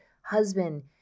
husband